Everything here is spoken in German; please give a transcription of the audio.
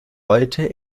heute